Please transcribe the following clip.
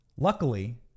Luckily